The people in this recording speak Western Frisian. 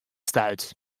stuit